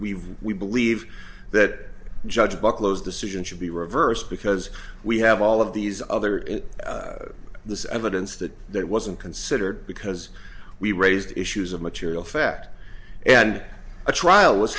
we we believe that judge by close decision should be reversed because we have all of these other in this evidence that that wasn't considered because we raised issues of material fact and a trial was